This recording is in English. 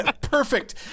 Perfect